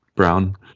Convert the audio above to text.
Brown